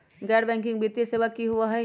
गैर बैकिंग वित्तीय सेवा की होअ हई?